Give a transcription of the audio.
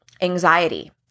anxiety